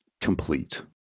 complete